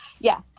yes